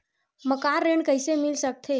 मकान ऋण कइसे मिल सकथे?